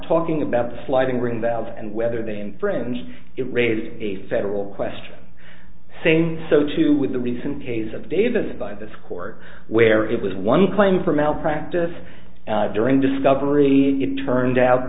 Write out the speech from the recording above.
talking about the sliding rim valve and whether they infringed it raises a federal question saying so too with the recent case of davis and by this court where it was one claim for malpractise during discovery it turned out